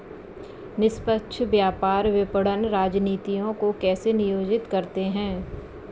निष्पक्ष व्यापार विपणन रणनीतियों को कैसे नियोजित करते हैं?